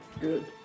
Good